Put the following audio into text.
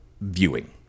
viewing